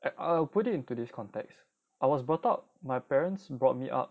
I'll put it in today's context I was brought up my parents brought me up